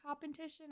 competition